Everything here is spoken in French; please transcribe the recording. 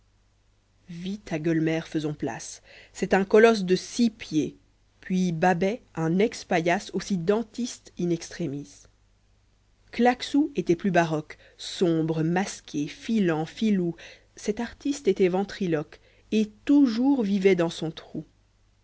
vite à gueulémer faisons place c'est un colosse de six pieds puis babet un ex paillasse aussi dentiste m extremis claquesous était plus baroque sombre masqué filant filou cet artiste était ventriloque et toujours vivait dans son trou